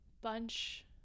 bunch